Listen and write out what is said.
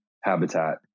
habitat